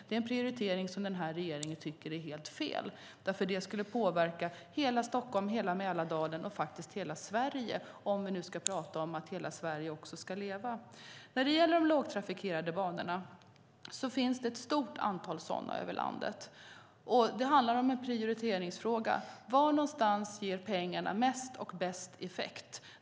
Det är en prioritering som den här regeringen tycker är helt fel eftersom det skulle påverka hela Stockholm, hela Mälardalen och faktiskt hela Sverige om vi nu ska prata om att hela Sverige ska leva. När det gäller de lågtrafikerade banorna finns det ett stort antal sådana över landet. Det är en prioriteringsfråga: Var någonstans ger pengarna mest och bäst effekt?